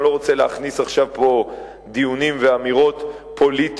ואני לא רוצה להכניס פה עכשיו דיונים ואמירות פוליטיות,